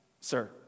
sir